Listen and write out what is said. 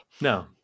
No